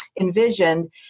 envisioned